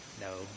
No